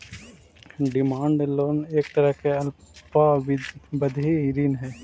demand loan एक तरह के अल्पावधि ऋण हइ